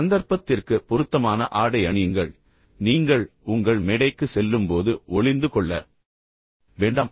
சந்தர்ப்பத்திற்கு பொருத்தமான ஆடை அணியுங்கள் நீங்கள் உங்கள் மேடைக்கு செல்லும்போது ஒளிந்து கொள்ள வேண்டாம்